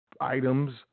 items